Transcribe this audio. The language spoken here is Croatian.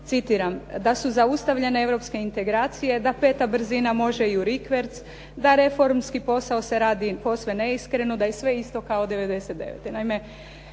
Citiram: "Da su zaustavljene europske integracije, da peta brzina može i u rikverc, da reformski posao se radi posve neiskreno, da je sve isto kao '99.".